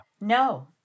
No